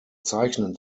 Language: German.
zeichnen